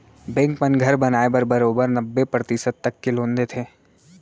bank मन घर बनाए बर बरोबर नब्बे परतिसत तक के लोन देथे